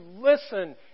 listen